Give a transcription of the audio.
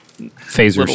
phasers